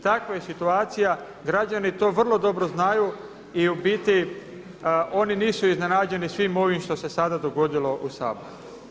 Takva je situacija, građani to vrlo dobro znaju i u biti oni nisu iznenađeni svim ovim što se sada dogodilo u Saboru.